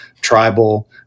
tribal